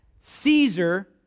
Caesar